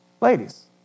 Ladies